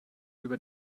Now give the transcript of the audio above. über